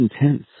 intense